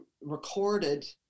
recorded